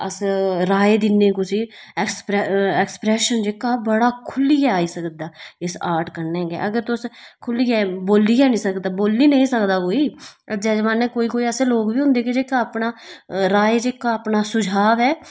अस राय दिन्ने कुसै गी ऐक्सप्रैशन जेह्ड़ा बड़ा खु'ल्लियै आई सकदा इस आर्ट कन्नै अगर तुस खु'ल्लियै बोल्ली गै निं सकदा कोई अज्जै दै जमान्नै कोई कोई लोग ऐसे बी होंदे जेह्का अपना राय जेह्का अपना सुझाव ऐ